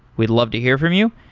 we'd love to hear from you.